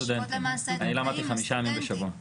גם סטודנטים, אני למדתי חמישה ימים בשבוע.